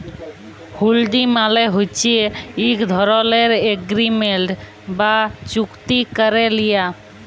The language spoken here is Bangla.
হুল্ডি মালে হছে ইক ধরলের এগ্রিমেল্ট বা চুক্তি ক্যারে লিয়া